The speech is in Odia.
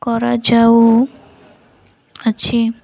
କରାଯାଉ ଅଛି